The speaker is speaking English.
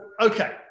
okay